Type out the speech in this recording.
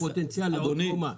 הוא פוטנציאל לעוד קומה.